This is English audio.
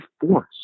force